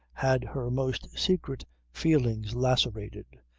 had her most secret feelings lacerated,